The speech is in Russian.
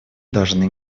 должны